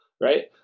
right